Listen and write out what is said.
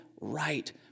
right